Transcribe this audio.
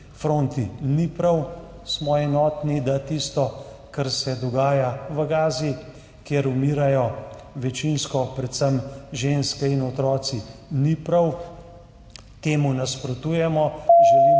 ni prav, smo enotni, da tisto, kar se dogaja v Gazi, kjer umirajo večinsko predvsem ženske in otroci, ni prav. Temu nasprotujemo, želimo